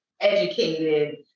educated